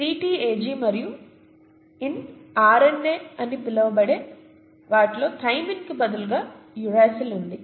CTAG మరియు in RNA అని పిలవబడే వాటిలో థైమిన్కు బదులుగా యురేసిల్ని ఉంది